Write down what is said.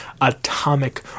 Atomic